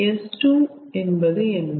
S2 என்பது என்ன